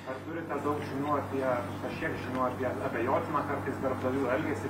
ar turite daug žinių apie kažkiek žinių apie abejotiną kartais darbdavių elgesį